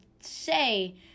say